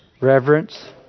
reverence